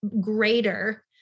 greater